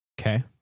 Okay